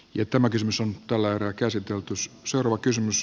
ja tämä kysymys on talon rakensi brutus esiin